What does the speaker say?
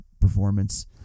performance